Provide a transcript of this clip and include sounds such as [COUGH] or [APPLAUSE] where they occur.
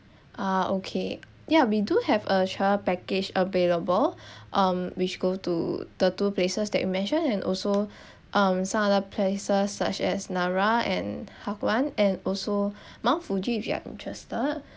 ah okay yeah we do have a travel package available [BREATH] um which go to the two places that you mentioned and also [BREATH] um some places such as nara and hakone and also [BREATH] mount fuji if you are interested [BREATH]